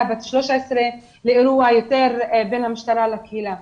בת 13 לאירוע שהוא יותר בין המשטרה לקהילה.